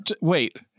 Wait